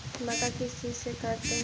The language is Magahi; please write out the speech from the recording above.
मक्का किस चीज से करते हैं?